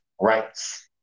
rights